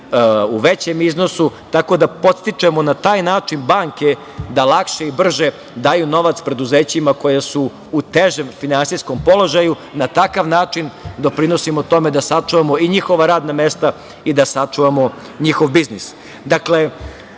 u većem iznosu, tako da podstičemo na taj način banke da lakše i brže daju novac preduzećima koja su u težem finansijskom položaju, na takav način doprinosimo i tome da sačuvamo i njihova radna mesta i da sačuvamo njihova biznis. Dakle,